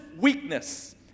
weakness